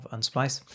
Unsplice